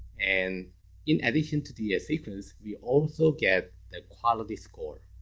and in addition to the sequence, we also get the quality score.